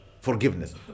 Forgiveness